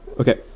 Okay